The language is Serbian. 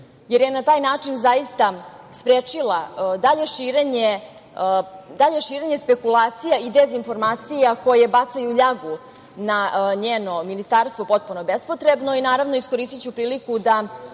jer je na tan način zaista sprečila dalje širenje spekulacija i dezinformacija koje bacaju ljagu na njeno ministarstvo potpuno bespotrebno. Naravno, iskoristiću priliku da